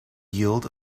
yield